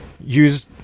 use